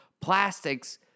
Plastics